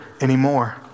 anymore